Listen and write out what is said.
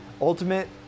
ultimate